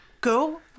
go